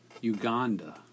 Uganda